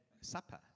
supper